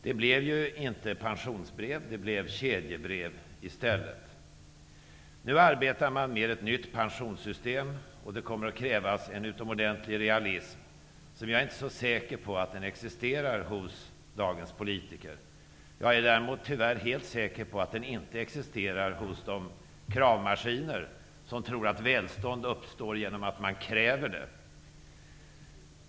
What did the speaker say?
Det blev inte pensionsbrev -- det blev kedjebrev i stället. Nu arbetar man med ett nytt pensionssystem, och det kommer att krävas en utomordentlig realism, som jag inte är säker på existerar hos dagens politiker. Jag är däremot, tyvärr, helt säker på att den inte existerar hos de kravmaskiner som tror att välstånd uppstår genom att man kräver det.